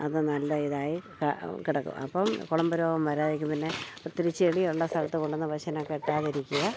അത് നല്ല ഇതായി കിടക്കും അപ്പം കുളമ്പ് രോഗം വരാതിരിക്കും പിന്നെ മര്യാദക്കും പിന്നെ ഒത്തിരി ചെളിയുള്ള സ്ഥലത്ത് കൊണ്ടു വന്നു പശുവിനെ കെട്ടാതിരിക്കുക